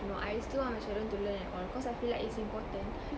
you know I'll still want my children to learn and all cause I feel like it's important